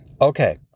Okay